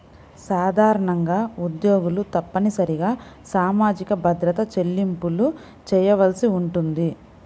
సాధారణంగా ఉద్యోగులు తప్పనిసరిగా సామాజిక భద్రత చెల్లింపులు చేయవలసి ఉంటుంది